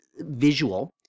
visual